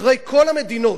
אחרי כל המדינות,